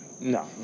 No